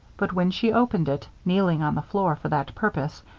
but when she opened it, kneeling on the floor for that purpose,